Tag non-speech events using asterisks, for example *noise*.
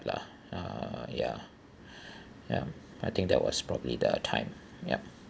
lah uh ya *breath* ya I think that was probably the time yup